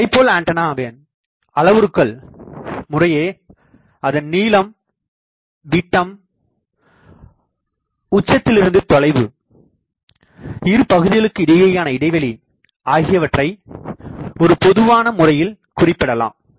dipole antenna அளவுருக்கள் முறையே அதன் நீளம் விட்டம் உச்சத்தில் இருந்து தொலைவு இரு பகுதிகளுக்கு இடையேயான இடைவெளி ஆகியவற்றைஒரு பொதுவான முறையில் குறிப்பிடலாம்